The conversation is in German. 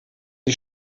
die